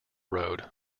road